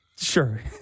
sure